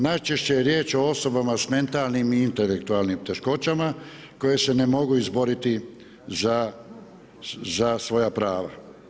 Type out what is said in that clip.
Najčešće je riječ o osobama sa mentalnim i intelektualnim teškoćama koje se ne mogu izboriti za svoja prava.